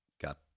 got